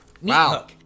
wow